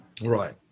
Right